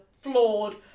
flawed